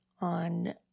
on